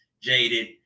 Jaded